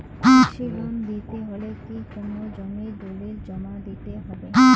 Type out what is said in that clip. কৃষি লোন নিতে হলে কি কোনো জমির দলিল জমা দিতে হবে?